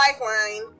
lifeline